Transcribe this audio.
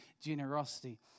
generosity